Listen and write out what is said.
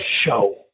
show